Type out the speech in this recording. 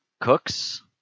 cooks